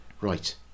Right